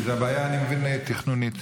כי הבעיה, אני מבין, היא תכנונית.